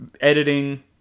editing